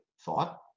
thought